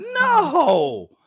No